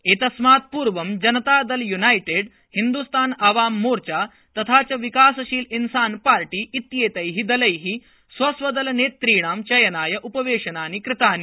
एतस्मात् पूर्व जनतादलयूनाइटेड् हिन्द्रस्तान आवाम मोर्चा तथा च विकासशील इंसान पार्टी इत्येतैः दलैः स्वस्वदलनेतृणां चयनाय उपवेशनानि आसन्